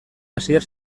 asier